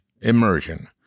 Immersion